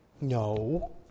No